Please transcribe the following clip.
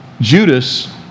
Judas